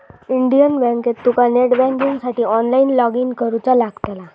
Indian बँकेत तुका net बँकिंगसाठी ऑनलाईन लॉगइन करुचा लागतला